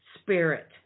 spirit